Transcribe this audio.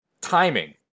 Timing